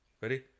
Ready